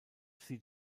sie